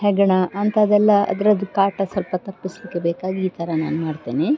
ಹೆಗ್ಗಣ ಅಂಥದ್ದೆಲ್ಲ ಅದರದ್ದು ಕಾಟ ಸ್ವಲ್ಪ ತಪ್ಪಿಸ್ಲಿಕ್ಕೆ ಬೇಕಾಗಿ ಈ ಥರ ನಾನು ಮಾಡ್ತೇನೆ